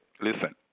listen